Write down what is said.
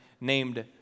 named